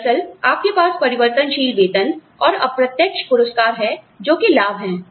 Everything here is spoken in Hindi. दरअसल आपके पास परिवर्तनशील वेतन और अप्रत्यक्ष पुरस्कार हैं जोकि लाभ हैं